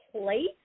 place